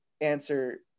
answer